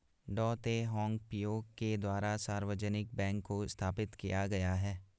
डॉ Teh Hong Piow के द्वारा सार्वजनिक बैंक को स्थापित किया गया है